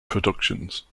productions